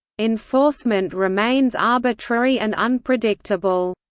enforcement remains arbitrary and unpredictable.